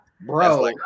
Bro